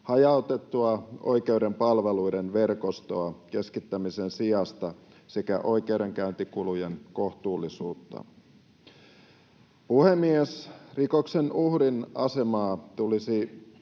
hajautettua oikeuden palveluiden verkostoa keskittämisen sijasta sekä oikeudenkäyntikulujen kohtuullisuutta. Puhemies! Rikoksen uhrin asemaa tulisi